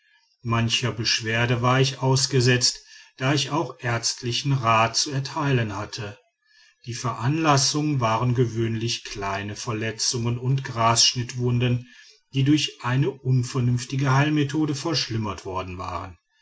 mancher beschwerde war ich ausgesetzt da ich auch ärztlichen rat zu erteilen hatte die veranlassung waren gewöhnlich kleine verletzungen und grasschnittwunden die durch eine unvernünftige heilmethode verschlimmert worden waren